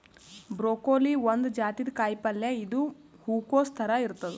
broccoli ಒಂದ್ ಜಾತಿದ್ ಕಾಯಿಪಲ್ಯ ಇದು ಹೂಕೊಸ್ ಥರ ಇರ್ತದ್